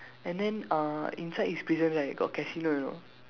and then uh inside his prison right got casino you know